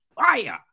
fire